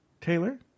Taylor